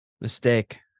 mistake